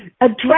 address